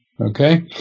okay